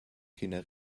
ch’ina